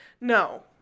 no